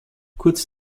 kurz